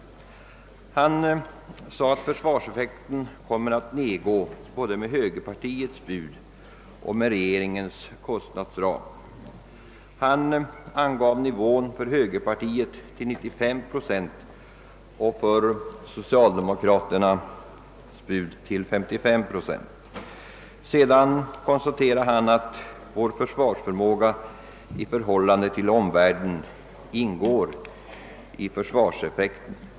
Han sade att försvarseffekten kommer att nedgå både med högerpartiets bud och med regeringens kostnadsram; han angav nivån för högerpartiets bud till 95 procent och för socialdemokraternas bud till 55 procent. Sedan konstaterade han att vår försvarsförmåga i förhål lande till omvärlden ingår i försvarseffekten.